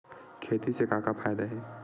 खेती से का का फ़ायदा हे?